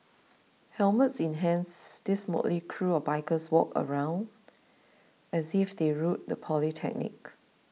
helmets in hands these motley crew of bikers walked around as if they ruled the polytechnic